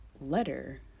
letter